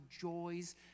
joys